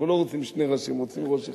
אנחנו לא רוצים שני ראשים, רוצים ראש אחד.